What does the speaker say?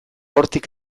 hortik